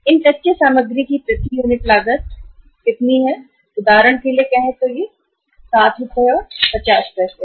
इन कच्चे की प्रति यूनिट लागत सामग्री कितनी है उदाहरण के लिए कहें तो यह 7 रुपये और 50 पैसे है